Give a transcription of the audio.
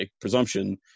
presumption